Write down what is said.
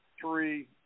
three